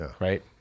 right